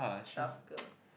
tough girl